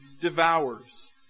devours